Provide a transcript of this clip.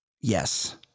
Yes